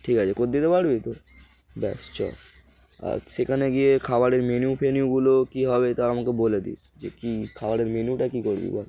ঠিক আছে কর দিতে পারবি তো ব্যাস চো আর সেখানে গিয়ে খাবারের মেনু ফেনুগুলো কী হবে তা আমাকে বলে দিস যে কী খাবারের মেনুটা কী করবি বল